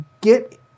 get